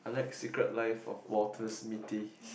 I like Secret Life of Walter's Mitty